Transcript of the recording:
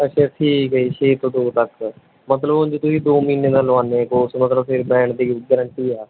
ਅੱਛਾ ਠੀਕ ਹੈ ਜੀ ਛੇ ਤੋਂ ਦੋ ਤੱਕ ਮਤਲਬ ਉਂਝ ਤੁਸੀਂ ਦੋ ਮਹੀਨੇ ਦਾ ਲਗਵਾਉਂਦੇ ਹੈ ਕੋਰਸ ਮਤਲਬ ਫਿਰ ਬੈਂਡ ਦੀ ਗਰੰਟੀ ਹੈ